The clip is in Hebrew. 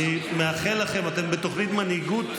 אני מאחל לכם, אתם בתוכנית מנהיגות,